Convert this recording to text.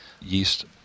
yeast